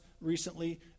recently